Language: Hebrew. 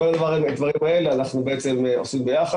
את כל הדברים האלה אנחנו עושים יחד.